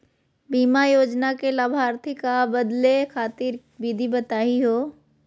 बीमा योजना के लाभार्थी क बदले खातिर विधि बताही हो?